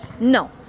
No